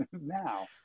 now